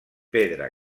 pedra